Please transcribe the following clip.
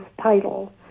title